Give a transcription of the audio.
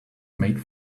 made